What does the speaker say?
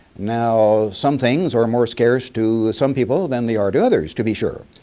now some things are more scarce to some people then they are to others to be sure.